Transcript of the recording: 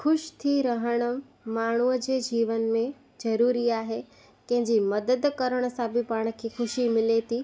ख़ुशि थी रहण माण्हूअ जे जीवन में ज़रूरी आहे कंहिंजी मदद करण सां बि पाण खे ख़ुशी मिले थी